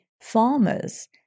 farmers